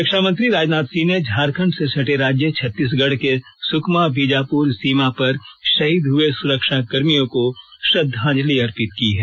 रक्षामंत्री राजनाथ सिंह ने झारखंड से सटे राज्य छत्तीसगढ़ के सुकमा बीजापुर सीमा पर शहीद हुए सुरक्षाकर्मियों को श्रद्वांजलि अर्पित की है